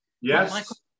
Yes